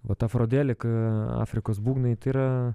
vat afrodelik afrikos būgnai tai yra